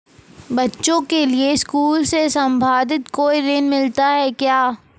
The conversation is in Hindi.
बच्चों के लिए स्कूल से संबंधित कोई ऋण मिलता है क्या?